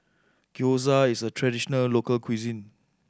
Gyoza is a traditional local cuisine